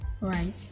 Right